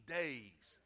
days